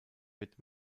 wird